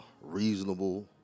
reasonable